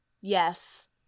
Yes